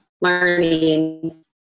learning